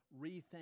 rethink